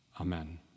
Amen